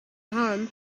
home